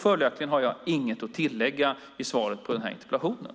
Följaktligen har jag inget att tillägga i svaret på interpellationen.